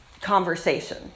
conversation